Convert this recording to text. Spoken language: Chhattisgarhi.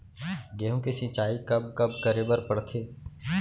गेहूँ के सिंचाई कब कब करे बर पड़थे?